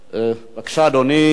בבקשה, אדוני,